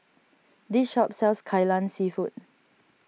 this shop sells Kai Lan Seafood